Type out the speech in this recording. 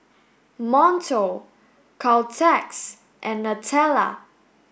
Monto Caltex and Nutella